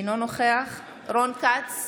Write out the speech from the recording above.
אינו נוכח רון כץ,